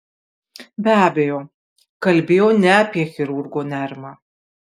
be abejo kalbėjo ne apie chirurgo nerimą